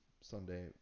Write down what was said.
Sunday